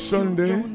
Sunday